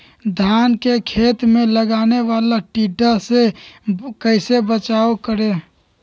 धान के खेत मे लगने वाले टिड्डा से कैसे बचाओ करें?